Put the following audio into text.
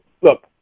look